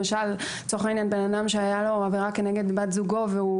למשל בן אדם שהייתה לו עבירה כנגד בת זוגו והוא